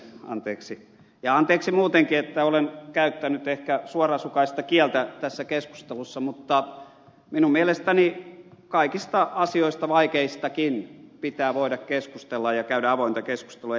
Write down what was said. ja anteeksi muutenkin että olen käyttänyt ehkä suorasukaista kieltä tässä keskustelussa mutta minun mielestäni kaikista asioista vaikeistakin pitää voida keskustella ja käydä avointa keskustelua